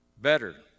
better